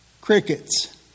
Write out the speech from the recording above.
Crickets